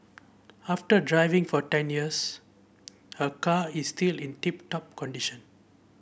after driving for ten years her car is still in tip top condition